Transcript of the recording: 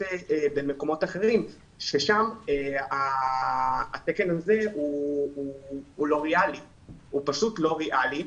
אחרים שבהם התקן הזה הוא פשוט לא ריאלי.